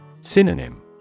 Synonym